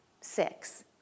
six